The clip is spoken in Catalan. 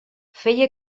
feia